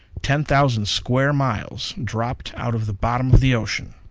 ten thousand square miles dropped out of the bottom of the ocean!